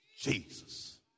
Jesus